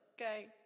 okay